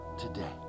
today